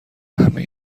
همه